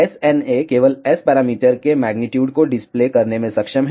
SNA केवल S parameter के magnitude को डिस्प्ले करने में सक्षम है